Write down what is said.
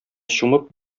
чумып